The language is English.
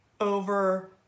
Over